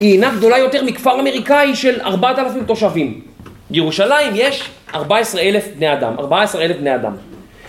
היא אינה גדולה יותר מכפר אמריקאי של 4,000 תושבים. בירושלים יש 14,000 בני אדם. 14,000 בני אדם.